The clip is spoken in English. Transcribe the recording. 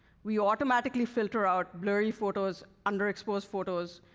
we automatically filter out blurry photos, under-exposed photos,